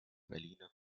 berliner